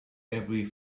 every